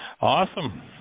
Awesome